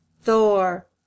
Thor